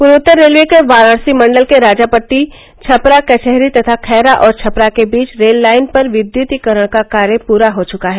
पूर्वोत्तर रेलवे के वाराणसी मंडल के राजापट्टी छपरा कचहरी तथा खैरा और छपरा के बीच रेल लाइन पर विद्युतीकरण का कार्य पूरा हो चुका है